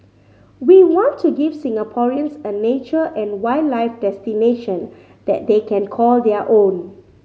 we want to give Singaporeans a nature and wildlife destination that they can call their own